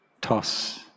toss